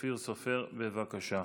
יציג את הנושא חבר הכנסת אופיר סופר, בבקשה.